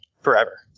forever